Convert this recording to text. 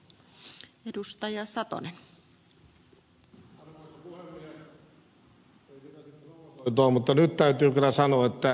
ei pitäisi provosoitua mutta nyt täytyy kyllä sanoa että ed